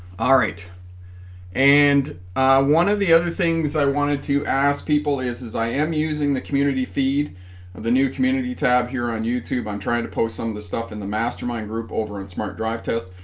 all right and one of the other things i wanted to ask people is as i am using the community feed of the new community tab here on youtube i'm trying to post some of the stuff in the mastermind group over on smart drive test